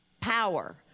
power